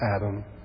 adam